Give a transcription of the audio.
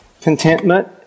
contentment